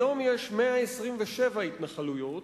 היום יש 127 התנחלויות,